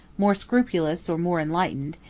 more scrupulous or more enlightened,